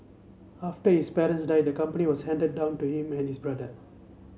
after his parents died the company was handed down to him and his brother